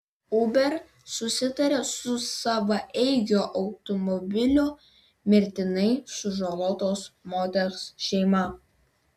uber susitarė su savaeigio automobilio mirtinai sužalotos moters šeima